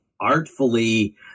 artfully